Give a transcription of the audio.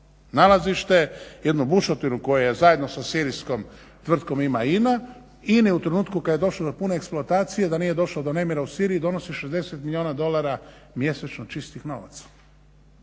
nalazište jednu bušotinu koja je zajedno sa sirijskom tvrtkom ima INA INA-i u trenutku kada je došlo do pune eksploatacije da nije došlo do nemira u Siriji donosi 60 milijuna dolara mjesečno čistih novaca.